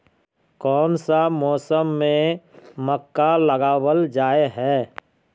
कोन सा मौसम में मक्का लगावल जाय है?